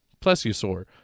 Plesiosaur